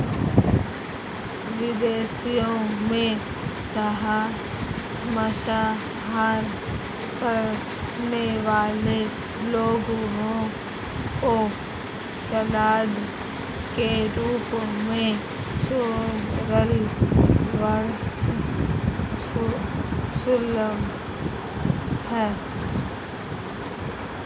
विदेशों में मांसाहार करने वाले लोगों को सलाद के रूप में सोरल सर्व सुलभ है